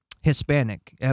Hispanic